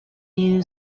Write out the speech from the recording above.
new